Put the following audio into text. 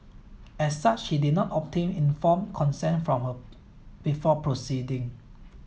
as such he did not obtain informed consent from her before proceeding